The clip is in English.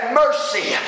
mercy